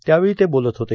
त्यावेळी ते बोलत होते